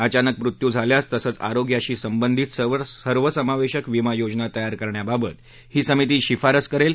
अचानक मृत्यू झाल्यास तसंच आरोग्याशी संबंधित सर्वसमावेशक विमा योजना तयार करण्याबाबत ही समिती शिफारशी करेल